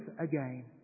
again